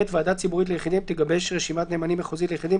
(ב)ועדה ציבורית ליחידים תגבש רשימת נאמנים מחוזית ליחידים,